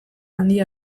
handia